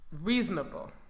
Reasonable